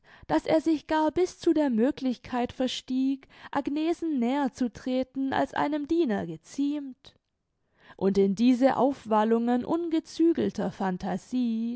daß er sich gar bis zu der möglichkeit verstieg agnesen näher zu treten als einem diener geziemt und in diese aufwallungen